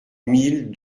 mille